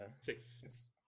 Six